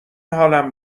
حالم